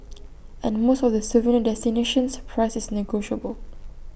at most of the souvenir destinations price is negotiable